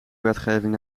wetgeving